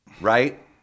right